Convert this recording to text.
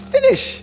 Finish